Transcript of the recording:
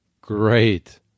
Great